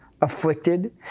afflicted